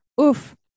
oof